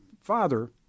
father